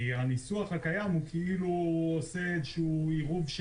כי הניסוח הקיים עושה כאילו עירוב של